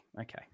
Okay